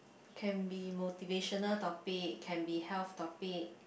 can be motivational topic can be health topic